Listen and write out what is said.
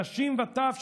נשים וטף,